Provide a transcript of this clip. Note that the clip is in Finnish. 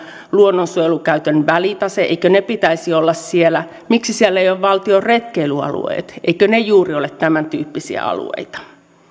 luonnonsuojelukäytön välitase eikö niiden pitäisi olla siellä miksi siellä eivät ole valtion retkeilyalueet eivätkö ne juuri ole tämäntyyppisiä alueita